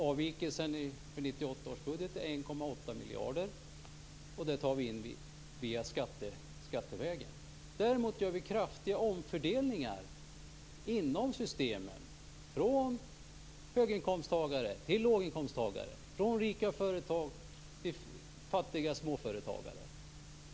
Avvikelsen för 1998 års budget är 1,8 miljarder, vilket vi tar in skattevägen. Däremot gör vi kraftiga omfördelningar inom systemen - från höginkomsttagare till låginkomsttagare, från rika företag till fattiga småföretagare.